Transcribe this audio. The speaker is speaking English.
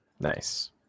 Nice